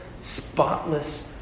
spotless